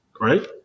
right